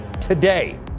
today